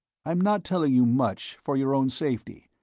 i'm not telling you much, for your own safety.